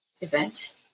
event